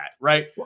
Right